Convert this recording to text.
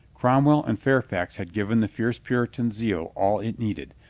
cromwell and fairfax had given the fierce puritan zeal all it needed,